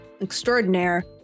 extraordinaire